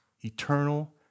eternal